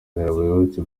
abayoboke